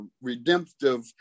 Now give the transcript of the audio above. redemptive